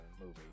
movie